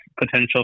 potential